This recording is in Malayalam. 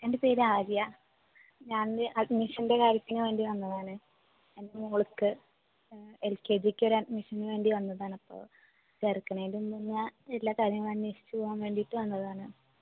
എൻ്റെ പേര് ആര്യ ഞാൻ ഒരു അഡ്മിഷൻ്റെ കാര്യത്തിനു വേണ്ടി വന്നതാണ് എൻ്റെ മകൾക്ക് എൽ കെ ജിക്ക് ഒരു അഡ്മിഷനു വേണ്ടി വന്നതാണ് അപ്പോൾ ചേർക്കണതിന് മുന്നെ എല്ലാ കാര്യങ്ങളും അന്വേഷിച്ചു പോവാൻ വേണ്ടിയിട്ട് വന്നതാണ്